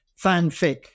fanfic